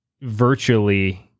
virtually